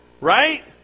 Right